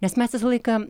nes mes visą laiką